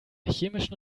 chemischen